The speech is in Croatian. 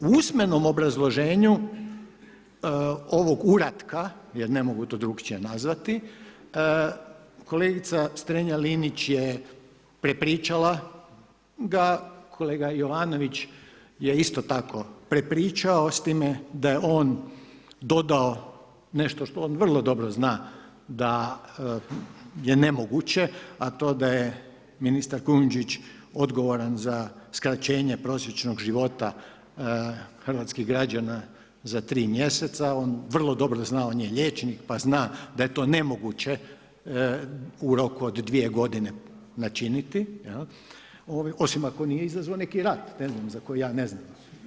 U usmenom obrazloženju, ovog uratka, jer ne mogu to drugačije nazvati, kolegica Strenja Linić je prepričala ga, kolega Jovanović je isto tako prepričao, s time da je on dodao nešto što on vrlo dobro zna da je nemoguće, a to da je ministar Kujundžić odgovoran za skraćenje prosječnog života hrvatskih građana za 3 mj. on vrlo dobro zna, on je liječnik, pa zna da je to nemoguće u roku od 2 g. načiniti, osim ako nije izazvao neki rat, ne znam, za koji ja ne znam.